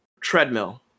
Treadmill